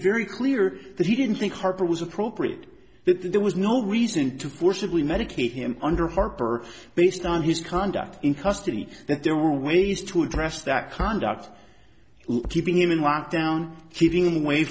very clear that he didn't think harper was appropriate that there was no reason to forcibly medicate him under harper based on his conduct in custody that there were ways to address that conduct keeping him in lockdown